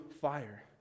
fire